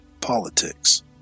politics